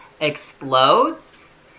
explodes